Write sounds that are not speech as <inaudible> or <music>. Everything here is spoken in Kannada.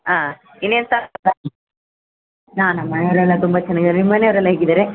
ಹಾಂ ಇನ್ನೇನು ಸ <unintelligible> ಹಾಂ ನಮ್ಮ ಮನೆಯಲ್ಲೆಲ್ಲ ತುಂಬ ಚೆನ್ನಾಗಿದಾರೆ ನಿಮ್ಮ ಮನೆಯವರೆಲ್ಲ ಹೇಗಿದ್ದಾರೆ